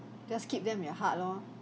just keep them in your heart lor